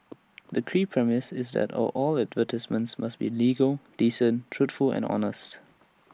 the key premise is that all all advertisements must be legal decent truthful and honest